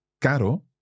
caro